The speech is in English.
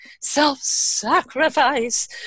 self-sacrifice